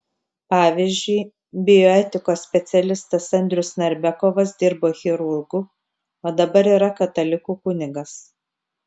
pavyzdžiui bioetikos specialistas andrius narbekovas dirbo chirurgu o dabar yra katalikų kunigas